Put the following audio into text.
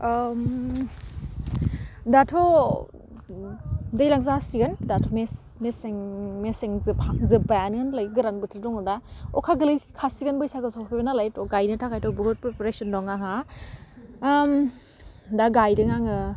दाथ' दैलां जासिगोन दाथ' मेसें जोबहां जोब्बायानो होनलाय गोरान बोथोर दङ दा अखा गोलैखासिगोन बैसागु सफैबाय नालाय गायनो थाखायथ' बुहुत प्रेफारेशन दं आंहा दा गायदों आङो